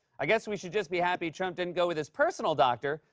i guess we should just be happy trump didn't go with his personal doctor.